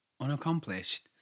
Unaccomplished